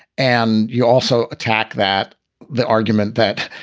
and you also attack that the argument that,